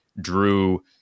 Drew